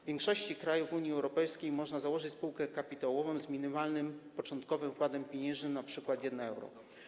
W większości krajów Unii Europejskiej można założyć spółkę kapitałową z minimalnym początkowym wkładem pieniężnym, np. 1 euro.